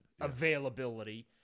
availability